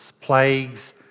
plagues